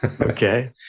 okay